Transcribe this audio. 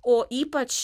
o ypač